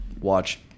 watch